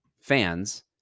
fans